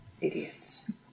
Idiots